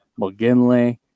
McGinley